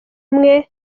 umwe